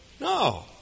No